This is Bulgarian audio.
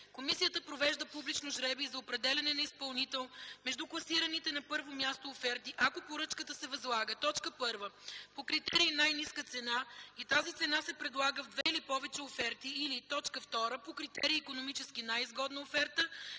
Комисията провежда публично жребий за определяне на изпълнител между класираните на първо място оферти, ако поръчката се възлага: 1. по критерий „най-ниска цена” и тази цена се предлага в две или повече оферти, или 2. по критерий „икономически най-изгодна оферта”,